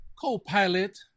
co-pilot